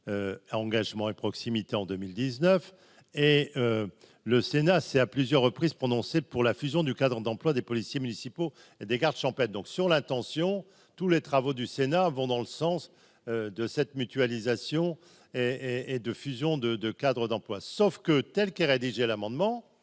ah engagement et proximité en 2000 19 et le Sénat s'est à plusieurs reprises prononcé pour la fusion du Cadre d'emplois des policiers municipaux, des gardes champêtre, donc sur l'intention tous les travaux du Sénat vont dans le sens de cette mutualisation et et de fusion de 2 Cadre d'emplois sauf que telle qu'que rédigé l'amendement